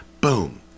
boom